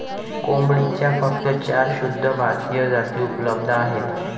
कोंबडीच्या फक्त चार शुद्ध भारतीय जाती उपलब्ध आहेत